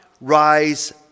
rise